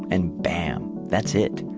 and bam! that's it.